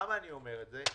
למה אני אומר את זה?